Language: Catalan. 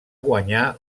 guanyar